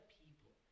people